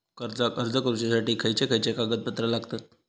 कर्जाक अर्ज करुच्यासाठी खयचे खयचे कागदपत्र लागतत